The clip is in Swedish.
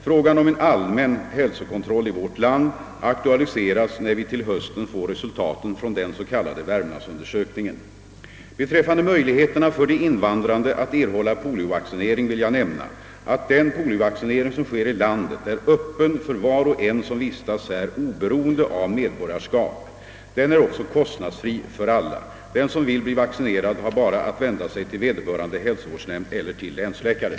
Frågan om en allmän hälsokontroll i vårt land aktualiseras när vi till hösten får resul Beträffande möjligheterna för de invandrade att erhålla poliovaccinering vill jag nämna, att den poliovaccinering som sker i landet är öppen för var och en som vistas här oberoende av medborgarskap. Den är också kostnadsfri för alla. Den som vill bli vaccinerad har bara att vända sig till vederbörande hälsovårdsnämnd eller till länsläkaren.